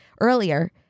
earlier